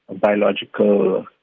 biological